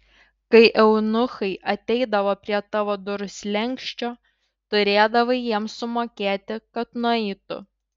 kai eunuchai ateidavo prie tavo durų slenksčio turėdavai jiems sumokėti kad nueitų